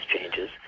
changes